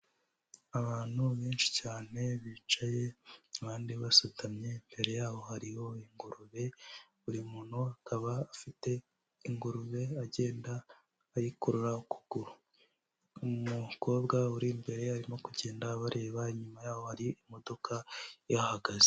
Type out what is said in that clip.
Abantu benshi cyane bicaye abandi basutamye imbere yaho hariho ingurube, buri muntu akaba afite ingurube agenda ayikurura ukuguru, umukobwa uri imbere arimo kugenda abareba inyuma yabo hari imodoka ihahagaze.